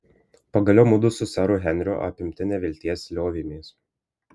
pagaliau mudu su seru henriu apimti nevilties liovėmės